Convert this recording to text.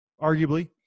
arguably